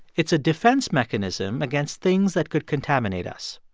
it's a defense mechanism against things that could contaminate us.